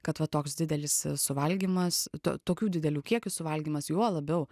kad va toks didelis suvalgymas to tokių didelių kiekių suvalgymas juo labiau